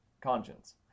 conscience